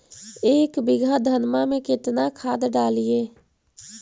एक बीघा धन्मा में केतना खाद डालिए?